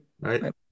Right